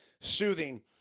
soothing